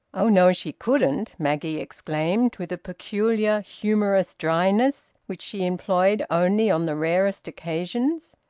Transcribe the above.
oh no, she couldn't! maggie exclaimed, with a peculiar humorous dryness which she employed only on the rarest occasions.